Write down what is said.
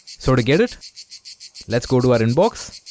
so to get it let's go to our inbox